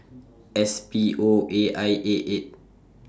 S P O A I eight eight